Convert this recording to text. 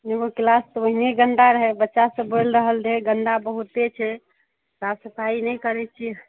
ओहो किलास तऽ ओहने गन्दा रहए बच्चासब बोलि रहल रहै गन्दा बहुत्ते छै साफ सफाइ नहि करैत छियै